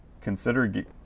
consider